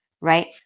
right